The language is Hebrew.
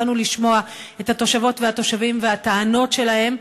באנו לשמוע את התושבות והתושבים והטענות שלהם.